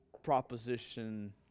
proposition